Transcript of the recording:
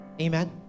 Amen